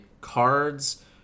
cards